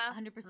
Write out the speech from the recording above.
100%